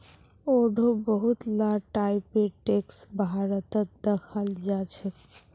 आढ़ो बहुत ला टाइपेर टैक्स भारतत दखाल जाछेक